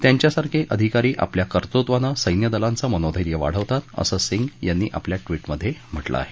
त्यांच्यासारखे अधिकारी आपल्या कर्तृत्वानं सैन्यदलांचं मनोधैर्य वाढवतात असं सिंग यांनी आपल्या ट्विटमध्ये म्हटलं आहे